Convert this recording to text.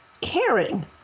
caring